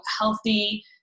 healthy